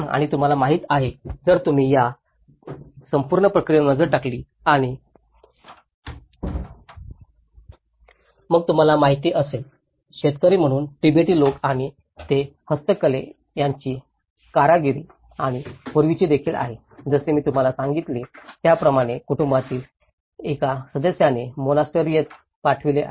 आणि तुम्हाला माहिती आहे जर तुम्ही या संपूर्ण प्रक्रियेवर नजर टाकली आणि मग तुम्हाला माहिती असेल शेतकरी म्हणून तिबेटी लोक आणि ते हस्तकले त्यांची कारागिरी आणि पूर्वीचे देखील आहेत जसे मी तुम्हाला सांगितले त्याप्रमाणे कुटुंबातील एका सदस्याने मोनास्टरीएसात पाठविले आहे